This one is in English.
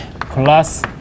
plus